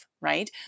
right